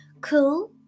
Cool